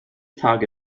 tage